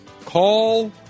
call